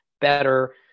better